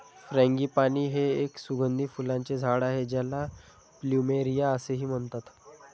frangipani हे एक सुगंधी फुलांचे झाड आहे ज्याला प्लुमेरिया असेही म्हणतात